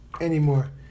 anymore